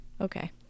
okay